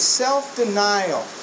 self-denial